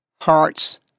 hearts